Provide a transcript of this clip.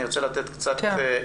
אני פה כדי להראות את המצב בשטח כמו